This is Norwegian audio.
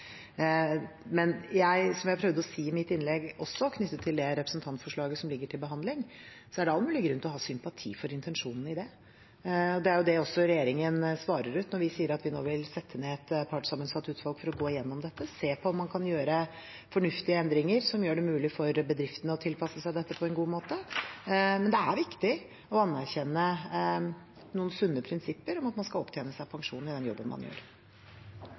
Som jeg også prøvde å si i mitt innlegg knyttet til representantforslaget som ligger til behandling, er det all mulig grunn til å ha sympati for intensjonen i det. Det er også det regjeringen svarer ut når vi sier at vi nå vil sette ned et partssammensatt utvalg for å gå igjennom dette – se på om man kan gjøre fornuftige endringer som gjør det mulig for bedriftene å tilpasse seg dette på en god måte. Det er viktig å anerkjenne noen sunne prinsipper om at man skal opptjene pensjon gjennom den jobben man gjør.